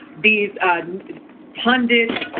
these pundits,